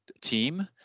team